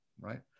right